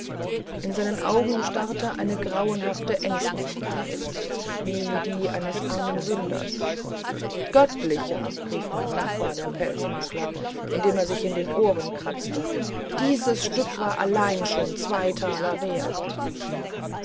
in seinen augen starrte eine grauenhafte ängstlichkeit wie die eines armen sünders göttlich rief mein nachbar der pelzmakler indem er sich in den ohren kratzte dieses stück war allein schon zwei taler wert